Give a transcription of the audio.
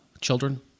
Children